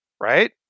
right